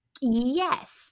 Yes